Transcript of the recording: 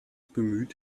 bemüht